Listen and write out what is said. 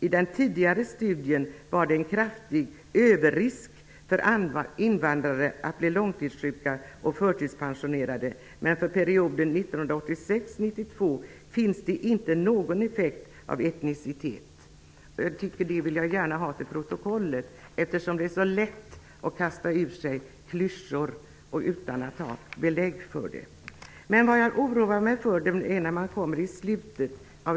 I den tidigare studien var det en kraftig överrisk för invandrare att bli långtidssjuk och förtidspensionerad, men för perioden 1986--1992 finns det inte någon effekt av etnicitet.'' Detta vill jag gärna ha antecknat till protokollet, eftersom det är så lätt att kasta ur sig klyschor utan att ha något belägg för det man säger.